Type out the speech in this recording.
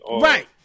Right